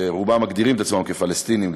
שרובם מגדירים את עצמם פלסטינים,